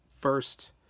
first